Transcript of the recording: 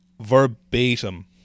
verbatim